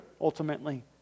ultimately